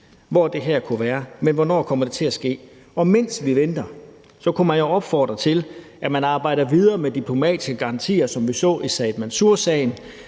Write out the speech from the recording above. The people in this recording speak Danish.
hvor det her kunne være, men hvornår kommer det til at ske? Og mens vi venter, kunne man jo opfordre til, at man arbejder videre med diplomatiske garantier, som vi så i Said Mansour-sagen.